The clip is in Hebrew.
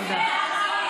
תודה.